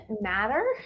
matter